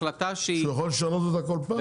החלטה שהיא --- שהוא יכול לשנות אותה כל פעם.